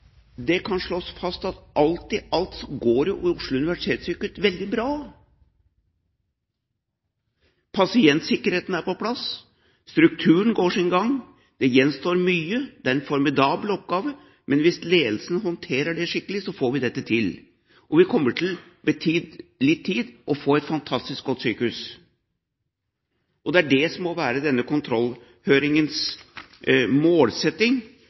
alt går jo Oslo universitetssykehus veldig bra. Pasientsikkerheten er på plass, og strukturen går sin gang. Det gjenstår mye, og det er en formidabel oppgave. Men hvis ledelsen håndterer det skikkelig, får vi dette til. Vi kommer til, med litt tid, å få et fantastisk godt sykehus. Det er det som må være denne kontrollhøringens målsetting.